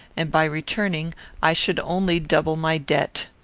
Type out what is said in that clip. and by returning i should only double my debt.